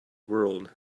world